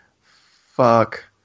fuck